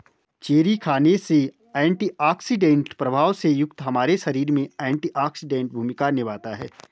cherry खाने से antioxidant प्रभाव से युक्त हमारे शरीर में एंटीऑक्सीडेंट भूमिका निभाता है